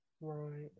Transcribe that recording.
right